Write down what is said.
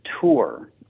tour